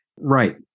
right